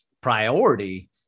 priority